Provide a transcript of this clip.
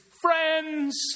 friends